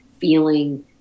feeling